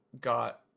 got